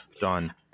done